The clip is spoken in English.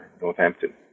Northampton